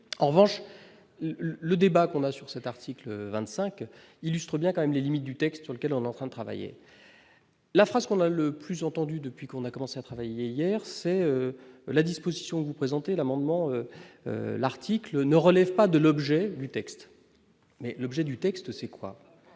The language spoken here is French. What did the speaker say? en revanche, le débat qu'on a sur cet article 25 illustre bien quand même les limites du texte, sur lequel on enfin travailler. La France qu'on a le plus entendu depuis qu'on a commencé à travailler hier, c'est la disposition vous présenter l'amendement l'article ne relève pas de l'objet du texte, mais l'objet du texte, c'est quoi